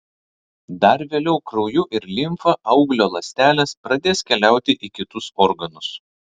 dar vėliau krauju ir limfa auglio ląstelės pradės keliauti į kitus organus